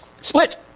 split